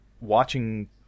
watching